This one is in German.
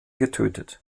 getötet